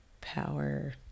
power